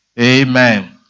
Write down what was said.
Amen